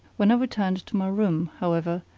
when i returned to my room, however,